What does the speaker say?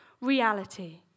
reality